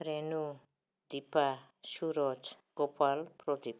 Renu Dipa Suraj Gopal Pradip